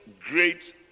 great